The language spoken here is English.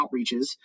outreaches